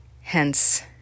hence